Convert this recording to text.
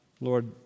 Lord